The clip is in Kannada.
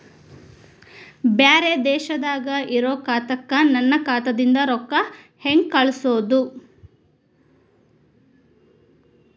ಬ್ಯಾರೆ ದೇಶದಾಗ ಇರೋ ಖಾತಾಕ್ಕ ನನ್ನ ಖಾತಾದಿಂದ ರೊಕ್ಕ ಹೆಂಗ್ ಕಳಸೋದು?